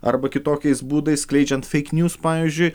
arba kitokiais būdais skleidžiant feik njūs pavyzdžiui